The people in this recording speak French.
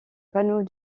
panneaux